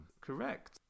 Correct